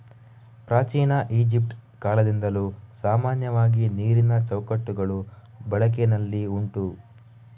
ಪ್ರಾಚೀನ ಈಜಿಪ್ಟ್ ಕಾಲದಿಂದಲೂ ಸಾಮಾನ್ಯವಾಗಿ ನೀರಿನ ಚೌಕಟ್ಟುಗಳು ಬಳಕೆನಲ್ಲಿ ಉಂಟು